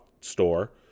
Store